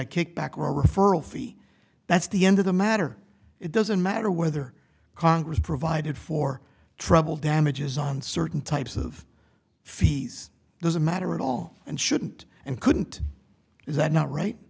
a kickback or a referral fee that's the end of the matter it doesn't matter whether congress provided for trouble damages on certain types of fees there's a matter at all and shouldn't and couldn't is that not